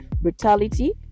brutality